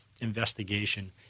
investigation